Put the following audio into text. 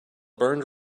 burned